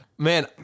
Man